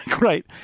Right